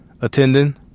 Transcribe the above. attending